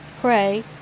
pray